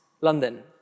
London